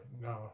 No